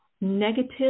negative